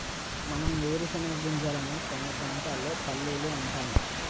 మనం వేరుశనగ గింజలనే కొన్ని ప్రాంతాల్లో పల్లీలు అంటాం